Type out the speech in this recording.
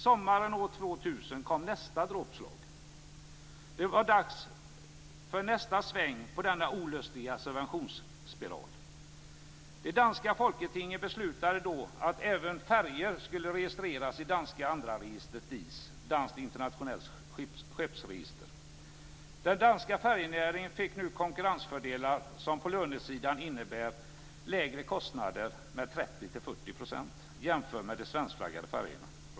Sommaren år 2000 kom nästa dråpslag. Det var dags för nästa sväng i denna olustiga subventionsspiral. Den danska färjenäringen fick nu konkurrensfördelar som på lönesidan innebar 30-40 % lägre kostnader jämfört med de svenskflaggade färjorna.